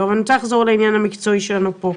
אני רוצה לחזור לעניין המקצועי שלנו פה,